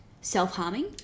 self-harming